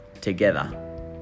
together